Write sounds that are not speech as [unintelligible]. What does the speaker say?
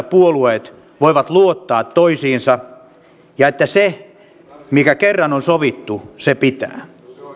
[unintelligible] puolueet voivat luottaa toisiinsa ja että se mikä kerran on sovittu pitää